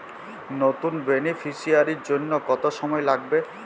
নতুন বেনিফিসিয়ারি জন্য কত সময় লাগবে?